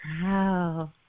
Wow